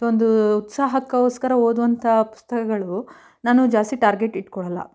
ಅಥ್ವಾ ಒಂದು ಉತ್ಸಾಹಕ್ಕೋಸ್ಕರ ಓದುವಂಥ ಪುಸ್ತಕಗಳು ನಾನು ಜಾಸ್ತಿ ಟಾರ್ಗೆಟ್ ಇಟ್ಕೊಳೊಲ್ಲ